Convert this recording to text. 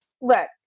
look